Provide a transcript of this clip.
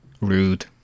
rude